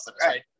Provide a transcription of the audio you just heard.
right